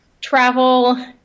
travel